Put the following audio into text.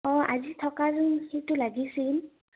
অঁ আজি থকাতো সেইটো লাগিছিল